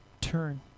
turn